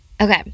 Okay